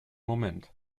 moment